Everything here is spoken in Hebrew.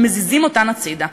מזיזים אותן הצדה.